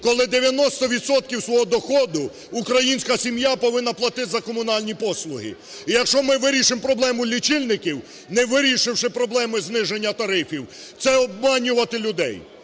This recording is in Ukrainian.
відсотків свого доходу українська сім'я повинна платити за комунальні послуги. І якщо ми вирішимо проблему лічильників, не вирішивши проблеми зниження тарифів, це обманювати людей.